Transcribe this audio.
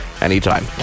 anytime